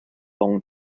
long